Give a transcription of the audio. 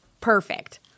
perfect